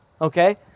okay